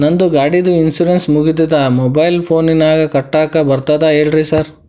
ನಂದ್ ಗಾಡಿದು ಇನ್ಶೂರೆನ್ಸ್ ಮುಗಿದದ ಮೊಬೈಲ್ ಫೋನಿನಾಗ್ ಕಟ್ಟಾಕ್ ಬರ್ತದ ಹೇಳ್ರಿ ಸಾರ್?